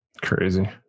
Crazy